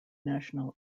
national